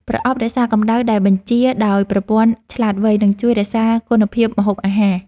ប្រអប់រក្សាកម្ដៅដែលបញ្ជាដោយប្រព័ន្ធឆ្លាតវៃ នឹងជួយរក្សាគុណភាពម្ហូបអាហារ។